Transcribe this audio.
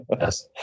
Yes